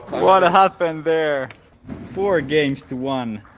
what happened there four games to one.